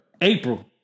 April